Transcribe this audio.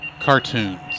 Cartoons